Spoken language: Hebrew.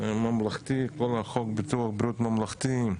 כל חוק ביטוח בריאות ממלכתי,